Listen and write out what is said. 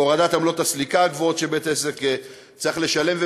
בהורדת עמלות הסליקה הגבוהות שבית עסק צריך לשלם.